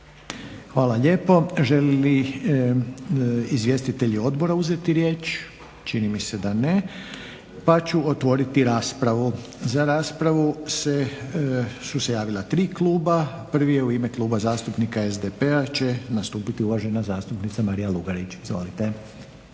Hvala lijepo. Žele li izvjestitelji odbora uzeti riječ? Čini mi se da ne pa ću otvoriti raspravu. Za raspravu su se javila tri kluba. Prva u ime Kluba zastupnika SDP-a će nastupiti uvažena zastupnica Marija Lugarić. Izvolite.